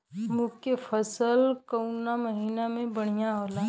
मुँग के फसल कउना महिना में बढ़ियां होला?